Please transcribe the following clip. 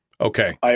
Okay